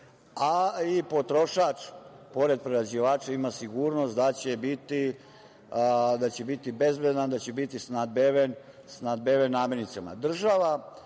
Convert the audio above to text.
a i potrošač pored prerađivača ima sigurnost da će biti bezbedan, da će biti snabdeven namirnicama. Država